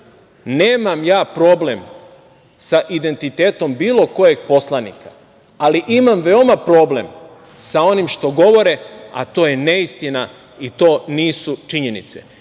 Nemam ja problem sa identitetom bilo kojeg poslanika, ali imam veoma problem sa onim što govore, a to je neistina i to nisu činjenice